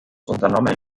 unternommen